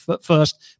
first